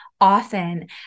often